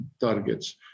targets